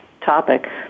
topic